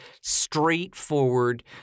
straightforward